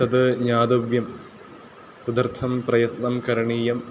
तद् ज्ञातव्यं तदर्थं प्रयत्नः करणीयः